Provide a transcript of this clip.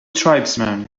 tribesman